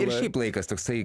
ir šiaip laikas toksai